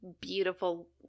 beautiful